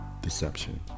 deception